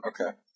Okay